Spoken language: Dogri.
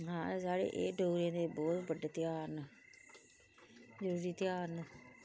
हां साढ़े डोगरें दे एह् बहुत बडे़ ध्यार ना जरुरी ध्यार ना